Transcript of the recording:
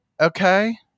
okay